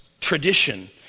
tradition